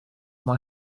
mae